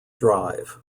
drive